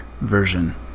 version